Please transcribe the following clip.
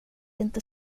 inte